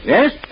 Yes